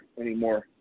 anymore